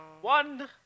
One